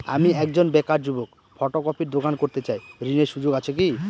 আমি একজন বেকার যুবক ফটোকপির দোকান করতে চাই ঋণের সুযোগ আছে কি?